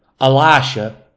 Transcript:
Elisha